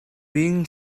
being